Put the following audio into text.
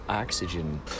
oxygen